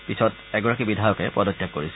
পিছত এগৰাকী বিধায়কে পদত্যাগ কৰিছিল